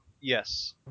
Yes